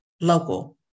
local